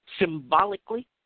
symbolically